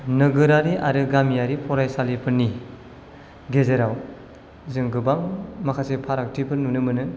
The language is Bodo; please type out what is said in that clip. नोगोरारि आरो गामियारि फरायसालिफोरनि गेजेराव जों गोबां माखासे फारागथिफोर नुनो मोनो